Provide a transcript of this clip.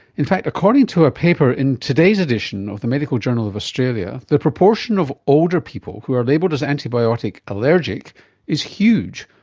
in fact according to a paper in today's edition of the medical journal of australia, the proportion of older people who are labelled as antibiotic allergic is huge,